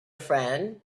friend